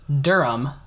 Durham